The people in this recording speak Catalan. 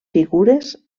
figures